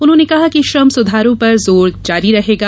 उन्होंने कहा कि श्रम सुधारों पर जोर जारी रहेगा